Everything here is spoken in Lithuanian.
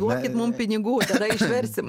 duokit mum pinigų tada išversim